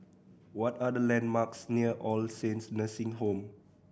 what are the landmarks near All Saints Nursing Home